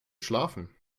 schlafen